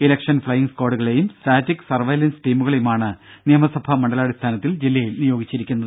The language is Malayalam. ഇലക്ഷൻ ഫ്ളയിംഗ് സ്ക്വാഡുകളെയും സ്റ്റാറ്റിക് സർവൈലൻസ് ടീമുകളെയുമാണ് നിയമസഭാ മണ്ഡലാടിസ്ഥാനത്തിൽ ജില്ലയിൽ നിയോഗിച്ചിരിക്കുന്നത്